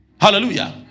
hallelujah